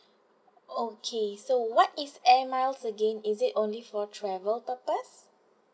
okay so what is Air Miles again is it only for travel purpose